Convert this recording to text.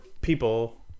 people